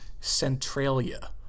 Centralia